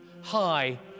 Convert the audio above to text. high